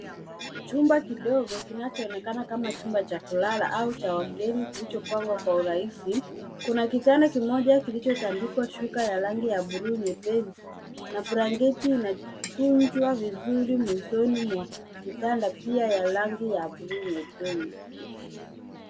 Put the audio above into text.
Chumba kidogo kinachoonekana kama chumba cha kulala au cha wageni kilichopangwa kwa urahisi. Kuna kitanda kimoja kilichotandikwa shuka ya rangi ya buluu nyepesi na blanketi inakunjwa vizuri mwishoni mwa kitanda pia ya rangi ya buluu nyepesi.